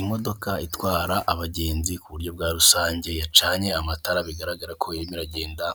Imodoka itwara abagenzi ku buryo bwa rusange, yacanye amatara bigaragara ko irimo iragenda.